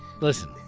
Listen